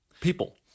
people